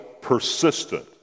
persistent